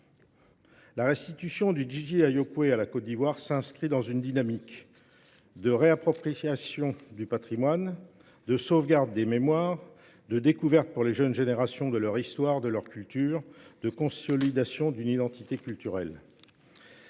La restitution du Didi à Yokuei à la Côte d'Ivoire s'inscrit dans une dynamique. de réappropriation du patrimoine, de sauvegarde des mémoires, de découverte pour les jeunes générations de leur histoire, de leur culture, de consolidation d'une identité culturelle.